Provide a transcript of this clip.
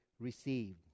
received